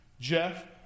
Jeff